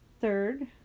third